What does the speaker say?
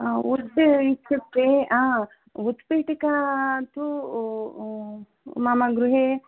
उर्ड् इत्युक्ते उत्पीठिका तु मम गृहे